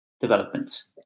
developments